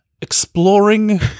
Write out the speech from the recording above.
exploring